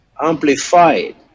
Amplified